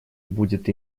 будет